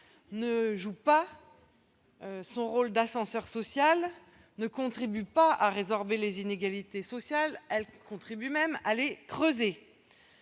ne joue pas son rôle d'ascenseur social et ne contribue pas à résorber les inégalités sociales : elle contribue même à les creuser.